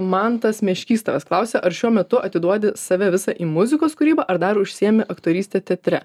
mantas meškys tavęs klausia ar šiuo metu atiduodi save visą į muzikos kūrybą ar dar užsiėmi aktoryste teatre